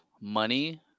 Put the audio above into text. money